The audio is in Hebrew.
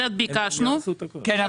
כן,